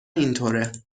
اینطوره